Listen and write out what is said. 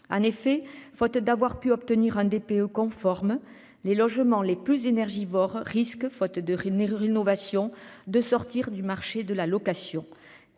En effet, faute d'avoir pu obtenir un DPE conforme les logements les plus énergivores risque faute de rémunérer l'innovation de sortir du marché de la location.